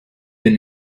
been